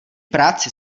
práci